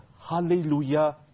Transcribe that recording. hallelujah